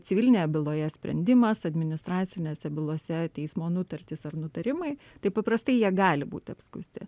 civilinėje byloje sprendimas administracinėse bylose teismo nutartys ar nutarimai taip paprastai jie gali būti apskųsti